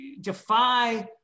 defy